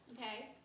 okay